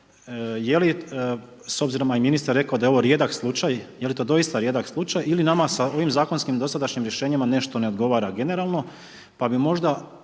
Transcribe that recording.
je li, s obzirom, a i ministar rekao da je ovo rijedak slučaj, je li to doista rijedak slučaj ili nama sa ovim zakonskim dosadašnjim rješenjima nešto ne odgovara generalno, pa bi možda